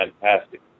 fantastic